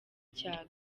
cya